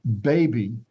baby